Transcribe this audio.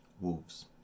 Wolves